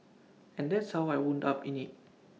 and that's how I wound up in IT